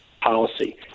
policy